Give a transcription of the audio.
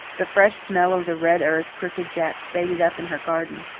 the fresh smell of the red earth crooked jack spaded up in her garden.